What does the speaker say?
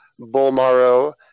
Bulmaro